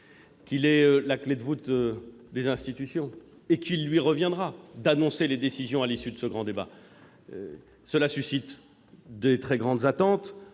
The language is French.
qu'il est la clé de voûte des institutions ; il lui reviendra donc d'annoncer les décisions prises à l'issue de ce grand débat. Cela suscite de très grandes attentes